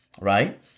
right